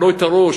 אבל לא את הראש.